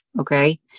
Okay